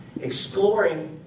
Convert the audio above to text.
exploring